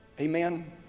Amen